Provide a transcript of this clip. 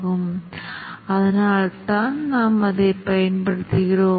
நிறம் 0 எனவே வண்ணம் 0 நான் இப்போது அதை வெள்ளையாக அமைக்கிறேன்